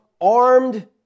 armed